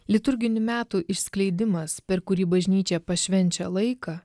liturginių metų išskleidimas per kurį bažnyčia pašvenčia laiką